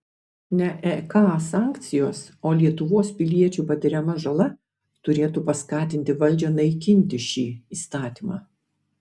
ne ek sankcijos o lietuvos piliečių patiriama žala turėtų paskatinti valdžią naikinti šį įstatymą